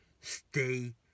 stay